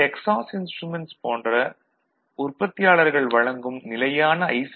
Texas Instruments போன்ற உற்பத்தியாளர்கள் வழங்கும் நிலையான ஐ